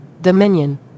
Dominion